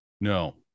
No